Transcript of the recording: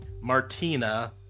Martina